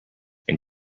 and